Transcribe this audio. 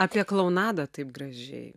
apie klounadą taip gražiai